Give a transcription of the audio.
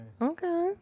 Okay